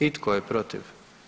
I tko je protiv?